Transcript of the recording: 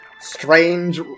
strange